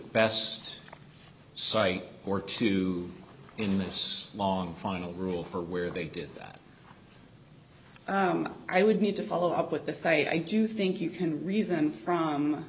best site or two in this long final rule for where they did that i would need to follow up with this a i do think you can reason from